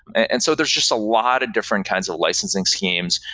and so there're just a lot of different kinds of licensing schemes.